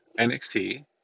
NXT